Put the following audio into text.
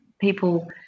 people